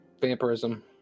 vampirism